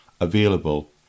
available